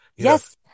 Yes